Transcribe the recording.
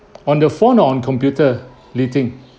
on the phone or on computer li ting